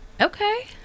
okay